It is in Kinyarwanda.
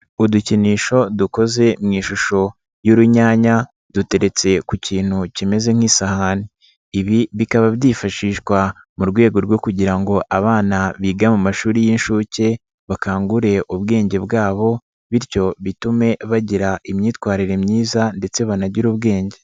Udukinisho dukoze mu ishusho y'urunyanya duteretse ku kintu kimeze nk'isahani, ibi bikaba byifashishwa mu rwego rwo kugira ngo abana biga mu mashuri y'inshuke bakangure ubwenge bwabo bityo bitume bagira imyitwarire myiza ndetse banagire ubwenge.